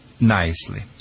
Nicely